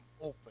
open